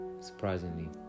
surprisingly